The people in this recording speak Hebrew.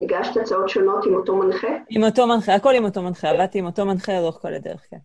הגשת הצעות שונות עם אותו מנחה? עם אותו מנחה, הכל עם אותו מנחה, עבדתי עם אותו מנחה לאורך כל הדרך, כן.